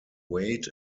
weight